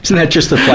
so that just the